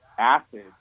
Acid